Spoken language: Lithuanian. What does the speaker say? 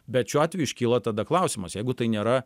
bet šiuo atveju iškyla tada klausimas jeigu tai nėra